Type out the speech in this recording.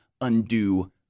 undo